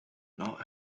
not